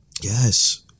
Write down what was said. Yes